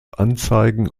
anzeigen